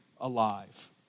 alive